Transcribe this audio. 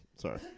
Sorry